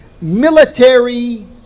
military